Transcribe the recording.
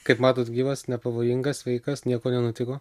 kaip matot gyvas nepavojingas sveikas nieko nenutiko